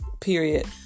period